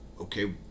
okay